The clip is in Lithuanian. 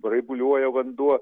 raibuliuoja vanduo